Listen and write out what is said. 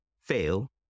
fail